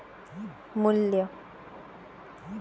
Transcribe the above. मू्ल्य